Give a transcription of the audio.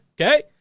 Okay